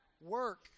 work